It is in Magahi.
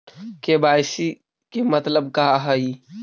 के.वाई.सी के मतलब का हई?